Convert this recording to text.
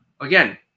again